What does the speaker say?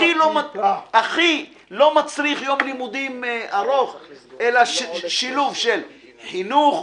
הכי שלא מצריך יום לימודים ארוך אלא שילוב של חינוך,